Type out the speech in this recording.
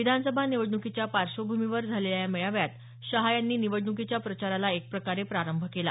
विधानसभा निवडणुकीच्या पार्श्वभूमीवर झालेल्या या मेळाव्यात शहा यांनी निवडणुकीच्या प्रचाराला एकप्रकारे प्रारंभ केला